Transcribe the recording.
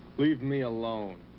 leave me alone.